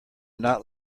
not